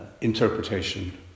interpretation